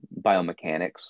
biomechanics